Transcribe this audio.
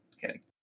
kidding